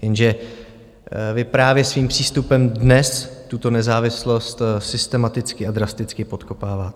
Jenže vy právě svým přístupem dnes tuto nezávislost systematicky a drasticky podkopáváte.